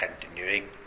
continuing